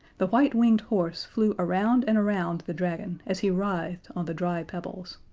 the white-winged horse flew around and around the dragon as he writhed on the dry pebbles.